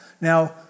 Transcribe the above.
Now